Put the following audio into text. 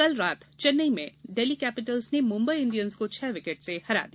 कल रात चेन्नई में दिल्ली कैपिटल्स ने मुंबई इंडियन्स को छह विकेट से हरा दिया